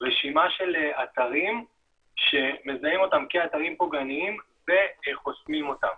רשימה של אתרים שמזהים אותם כאתרים פוגעניים וחוסמים אותם.